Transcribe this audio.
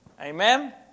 Amen